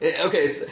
Okay